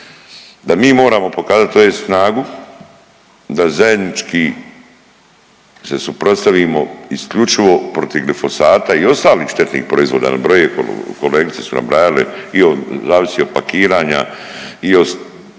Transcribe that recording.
da mi moramo ovdje pokazat snagu da zajednički se suprotstavimo isključivo protiv glifosata i ostalih štetnih proizvoda. Nabrojio je, kolegice su nabrajale zavisi od pakiranja i od